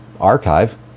archive